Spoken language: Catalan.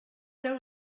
deu